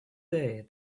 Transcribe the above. day